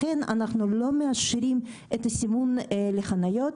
לכן, אנחנו לא מאשרים את הסימון לחניות.